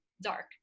dark